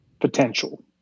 potential